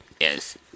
Yes